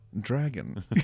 Dragon